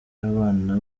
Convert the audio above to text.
y’abana